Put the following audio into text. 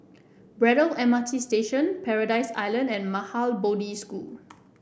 Braddell M R T Station Paradise Island and Maha Bodhi School